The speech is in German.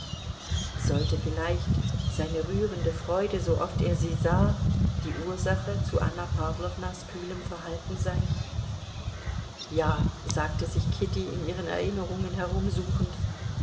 sollte vielleicht seine rührende freude sooft er sie sah die ursache zu anna pawlownas kühlem verhalten sein ja sagte sich kitty in ihren erinnerungen